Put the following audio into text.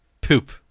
poop